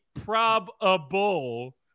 probable